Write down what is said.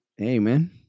amen